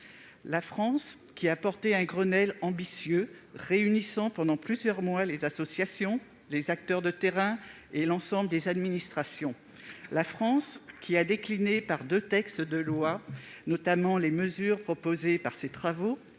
La France a mis en place un Grenelle ambitieux sur le sujet, réunissant pendant plusieurs mois les associations, les acteurs de terrain et l'ensemble des administrations. La France a décliné par deux textes de loi notamment les mesures proposées durant ces travaux,